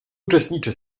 uczestniczy